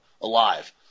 alive